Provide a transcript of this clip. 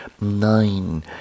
nine